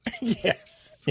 Yes